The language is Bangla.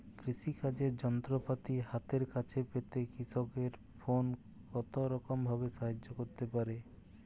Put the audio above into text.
কৃষিকাজের যন্ত্রপাতি হাতের কাছে পেতে কৃষকের ফোন কত রকম ভাবে সাহায্য করতে পারে?